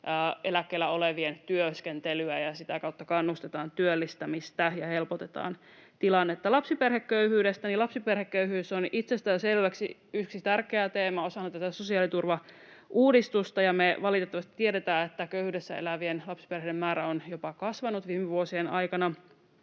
olevien työskentelyä ja sitä kautta kannustetaan työllistämistä ja helpotetaan tilannetta. Lapsiperheköyhyydestä: Lapsiperheköyhyys on itsestään selvästi yksi tärkeä teema osana tätä sosiaaliturvauudistusta, ja me valitettavasti tiedetään, että köyhyydessä elävien lapsiperheiden määrä on jopa kasvanut viime vuosien aikana.